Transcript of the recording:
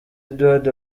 edward